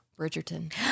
Bridgerton